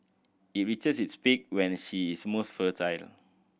it reaches its peak when she is most fertile